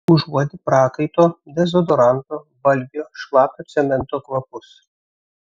užuodi prakaito dezodoranto valgio šlapio cemento kvapus